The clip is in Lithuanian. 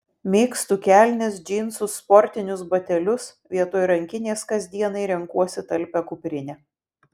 mėgstu kelnes džinsus sportinius batelius vietoj rankinės kasdienai renkuosi talpią kuprinę